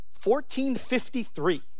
1453